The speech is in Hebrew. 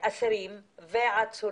אסירים ועצורים.